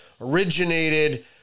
originated